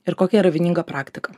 ir kokia yra vieninga praktika